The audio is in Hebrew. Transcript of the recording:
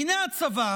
והינה הצבא,